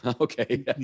Okay